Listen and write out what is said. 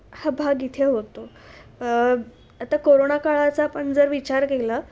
हा भाग इथे होतो आता कोरोणा काळाचा आपण जर विचार केलं